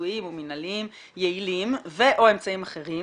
ביצועיים או מנהליים יעילים ו/או אמצעים אחרים